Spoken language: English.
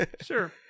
Sure